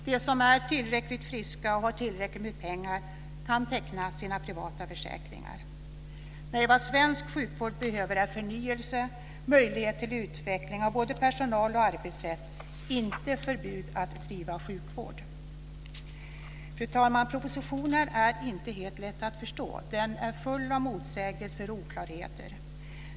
De som är tillräckligt friska och har tillräckligt med pengar kan teckna privata försäkringar. Vad svensk sjukvård behöver är förnyelse, möjligheter till utveckling av både personal och arbetssätt, inte förbud att driva sjukvård. Fru talman! Propositionen är inte helt lätt att förstå. Den är full av motsägelser och oklarheter.